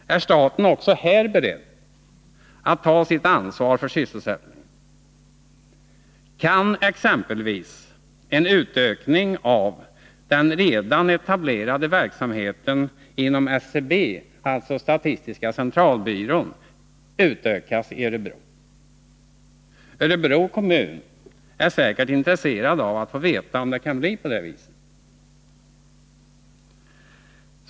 Är staten också här beredd att ta sitt ansvar för sysselsättningen? Kan exempelvis en utökning av den redan etablerade verksamheten inom SCB, alltså statistiska centralbyrån, utökas i Örebro? Örebro kommun är säkert intresserad av att få veta, om det kan bli så.